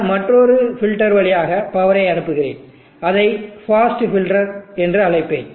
நான் மற்றொரு பில்டர் வழியாக பவரை அனுப்புகிறேன் அதை ஃபாஸ்ட் பில்டர் என்று அழைப்பேன்